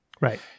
right